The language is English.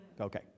Okay